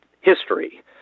history